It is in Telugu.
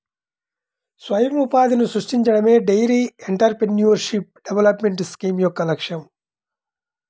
స్వయం ఉపాధిని సృష్టించడమే డెయిరీ ఎంటర్ప్రెన్యూర్షిప్ డెవలప్మెంట్ స్కీమ్ యొక్క లక్ష్యం